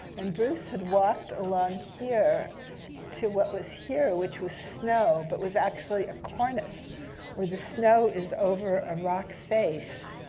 and bruce had walked along here to what was here, which was snow, but was actually a cornice where the snow is over a rock face.